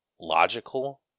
logical